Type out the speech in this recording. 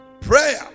Prayer